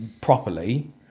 properly